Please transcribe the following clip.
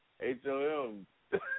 H-O-M